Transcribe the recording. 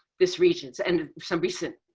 this region and some recent